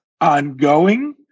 ongoing